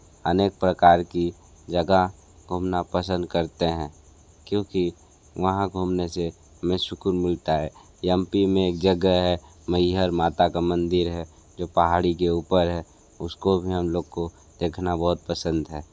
अनेक प्रकार की जगह घूमना पसंद करते हैं क्योंकि वहाँ घूमने से हमें सुकून मिलता है यमपी में एक जगह है मैहर माता का मंदिर है जो पहाड़ी के ऊपर है उसको भी हम लोग को देखना बहुत पसंद है